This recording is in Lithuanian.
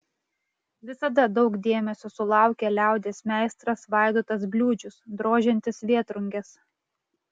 visada daug dėmesio sulaukia liaudies meistras vaidotas bliūdžius drožiantis vėtrunges